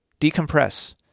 decompress